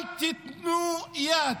אל תיתנו יד